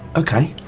okay.